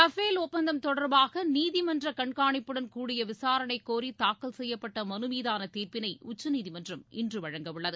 Rafale ஒப்பந்தம் தொடர்பாக நீதிமன்ற கண்காணிப்புடன் கூடிய விசாரனை கோரி தாக்கல் செய்யப்பட்ட மனு மீதான தீர்ப்பினை உச்சநீதிமன்றம் இன்று வழங்க உள்ளது